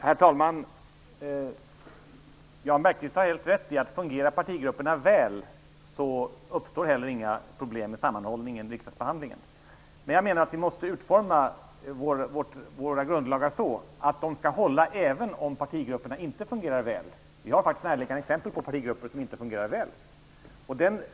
Herr talman! Jan Bergqvist har helt rätt i att om partigrupperna fungerar väl så uppstår det inga problem med sammanhållningen av riksdagsbehandlingen. Jag menar dock att vi måste utforma våra grundlagar så att de håller även om partigrupperna inte fungerar väl. Vi har faktiskt närliggande exempel på partigrupper som inte fungerar väl.